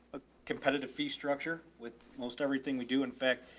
competitive fee structure with most everything we do. in fact,